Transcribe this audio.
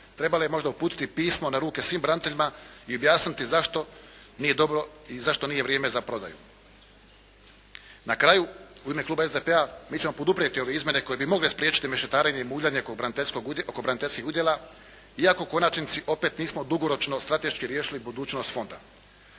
Trebao je možda uputiti pismo na ruke svim braniteljima i objasniti zašto nije dobro i zašto nije vrijeme za prodaju. Na kraju u ime kluba SDP-a mi ćemo poduprijeti ove izmjene koje bi mogle spriječiti mešetarenje i muljanje oko braniteljskih udjela, iako u konačnici opet nismo dugoročno strateški riješili budućnost Fonda.